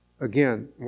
Again